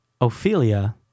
Ophelia